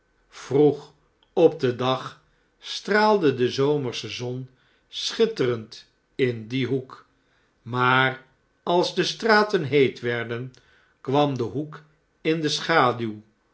vroeg op den dag straalde de zomersche zon schitterend in dien hoek maar als de straten heet werden kwam de hoek in de schaduw